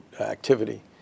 activity